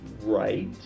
right